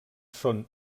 són